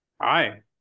Hi